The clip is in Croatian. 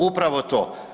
Upravo to.